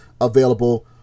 available